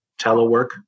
telework